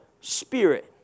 Spirit